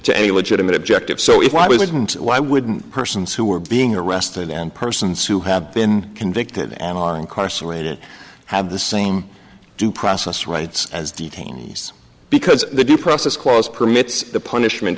to any legitimate objective so if i wasn't why wouldn't persons who are being arrested and persons who have been convicted and are incarcerated have the same due process rights as detainees because the due process clause permits the punishment